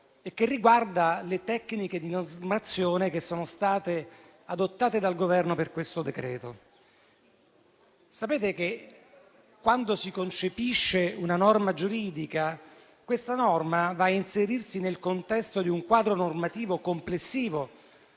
che riguarda le tecniche di normazione che sono state adottate dal Governo per questo decreto-legge. Sapete che quando si concepisce una norma giuridica, questa va a inserirsi nel contesto di un quadro normativo complessivo;